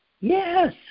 yes